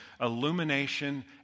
illumination